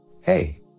Hey